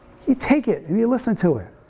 you take it and you listen to it,